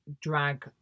Drag